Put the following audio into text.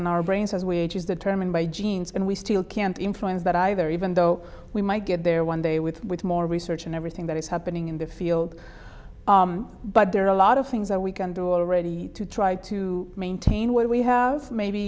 and our brains as wages determined by genes and we still can't influence that either even though we might get there one day with more research and everything that is happening in the field but there are a lot of things that we can do already to try to maintain what we have maybe